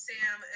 Sam